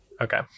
okay